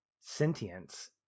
sentience